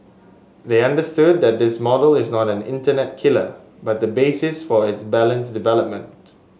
they understood that this model is not an internet killer but the basis for its balanced development